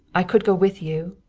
i could go with you,